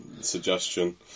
suggestion